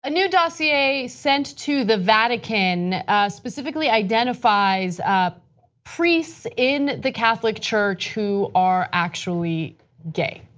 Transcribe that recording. a new dossier sent to the vatican specifically identifies priests in the catholic church who are actually gay.